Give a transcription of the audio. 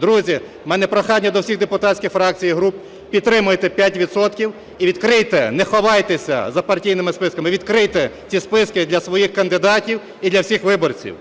Друзі, в мене прохання до всіх депутатських фракцій і груп, підтримайте 5 відсотків і відкрийте, не ховайтеся за партійними списками, а відкрийте ці списки для своїх кандидатів і для всіх виборців.